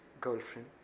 girlfriend